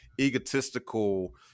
egotistical